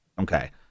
Okay